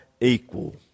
equal